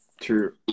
true